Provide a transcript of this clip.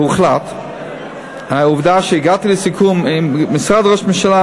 והוחלט עובדה שהגעתי לסיכום עם משרד ראש הממשלה,